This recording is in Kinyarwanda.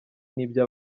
n’ibyo